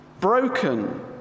broken